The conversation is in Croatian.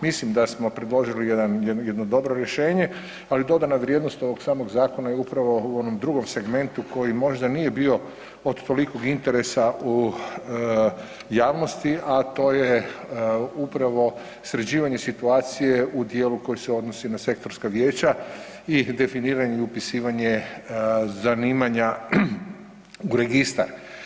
Mislim da smo predložili jedan, jedno dobro rješenje, ali dodana vrijednost ovog samog zakon je upravo u onom drugom segmentu koji možda nije bio od tolikog interesa u javnosti, a to je upravo sređivanje situacije u dijelu koji se odnosi na sektorska vijeća i definiranje i upisivanje zanimanja u registar.